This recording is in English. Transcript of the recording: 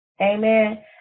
amen